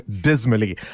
dismally